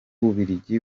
bubiligi